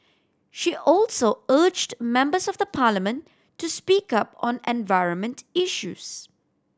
she also urged members of the Parliament to speak up on environment issues